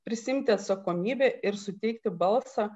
prisiimti atsakomybę ir suteikti balsą